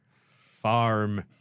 farm